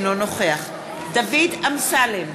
אינו נוכח דוד אמסלם,